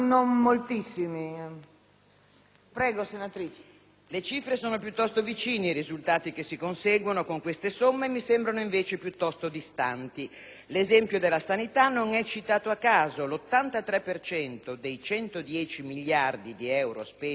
COLLI *(PdL)*. Le cifre sono piuttosto vicine e i risultati che si conseguono con queste somme mi sembrano invece piuttosto distanti. L'esempio della sanità non è citato a caso: l'83 per cento dei 110 miliardi di euro spesi dalle Regioni ordinarie